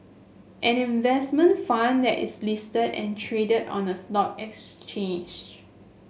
an investment fund that is listed and traded on a stock exchange